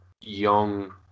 young